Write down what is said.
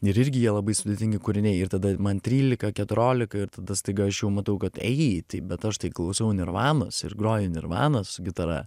ir irgi jie labai sudėtingi kūriniai ir tada man trylika keturiolika ir tada staiga aš jau matau kad ei tai bet aš tai klausau nirvanos ir groju nirvaną su gitara